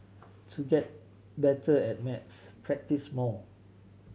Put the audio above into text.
to get better at maths practise more